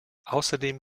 außerdem